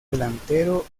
delantero